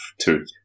two